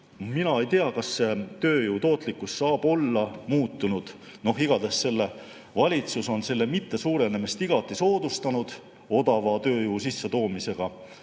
Mina ei tea, kas tööjõu tootlikkus saab olla muutunud. Igatahes valitsus on selle mittesuurenemist igati soodustanud odava tööjõu sissetoomisega.